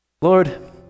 Lord